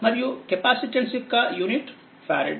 మరియు కెపాసిటన్స్ యొక్క యూనిట్ఫారెడ్